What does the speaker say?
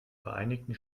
vereinigten